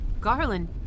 Garland